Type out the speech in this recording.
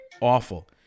awful